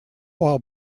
while